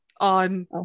on